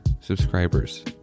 subscribers